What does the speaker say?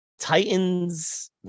Titans